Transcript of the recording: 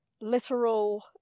literal